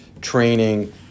training